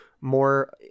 more